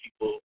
people